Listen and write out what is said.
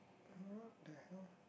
what the hell